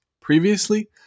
Previously